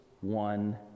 one